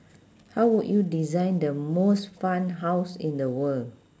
how would you design the most fun house in the world